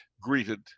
greeted